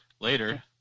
later